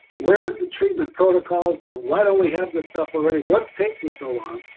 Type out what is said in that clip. where's the treatment protocols, and why don't we have this stuff already, what's taking so long.